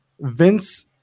Vince